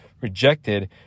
rejected